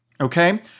Okay